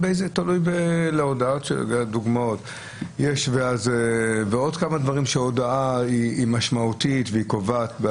יש עוד כמה דברים שההודאה היא משמעותית והיא קובעת.